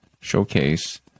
showcase